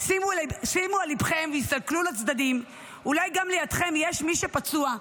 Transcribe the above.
שימו על ליבכם והסתכלו לצדדים אולי גם לידכם יש מי שפצוע,